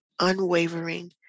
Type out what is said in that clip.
unwavering